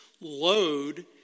load